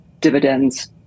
dividends